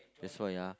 that's why ah